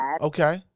Okay